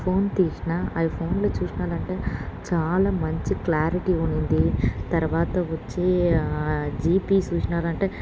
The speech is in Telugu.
ఫోన్ తీసినా అవి ఫోన్లో చూసినారంటే చాలా మంచి క్లారిటీ ఉంది తర్వాత వచ్చి ఆ జీపీ చూసినారంటే